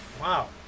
wow